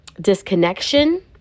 disconnection